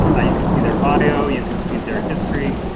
ah you can see their bio, you can see their history,